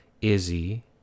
Izzy